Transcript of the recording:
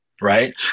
right